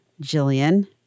Jillian